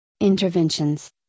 interventions